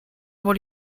what